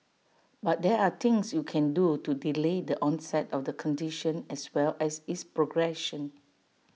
but there are things you can do to delay the onset of the condition as well as its progression